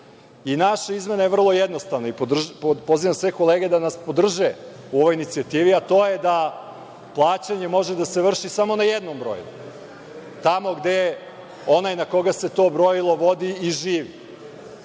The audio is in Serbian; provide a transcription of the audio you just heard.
namet. Naša izmena je vrlo jednostavna i pozivam sve kolege da nas podrže u ovoj inicijativi, a to je da plaćanje može da se vrši samo na jednom broju, tamo gde onaj na koga se to brojilo vodi i živi.